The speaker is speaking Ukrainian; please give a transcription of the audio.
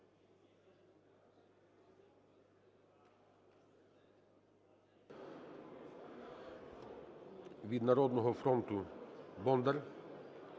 Від "Народного фронту" Бондар